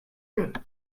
good